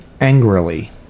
angrily